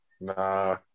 nah